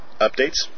Updates